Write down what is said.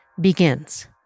begins